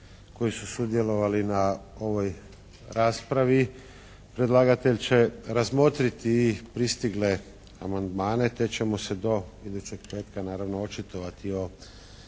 koji su sudjelovali na ovoj raspravi. Predlagatelj će razmotriti i pristigle amandmane te ćemo se do idućeg petka naravno očitovati o